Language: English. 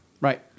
Right